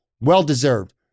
well-deserved